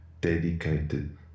dedicated